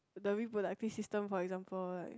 the reproductive system for example